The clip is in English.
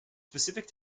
specific